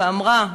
היא אמרה,